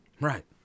right